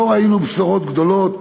לא ראינו בשורות גדולות,